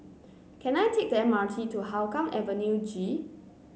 can I take the M R T to Hougang Avenue G